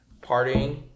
partying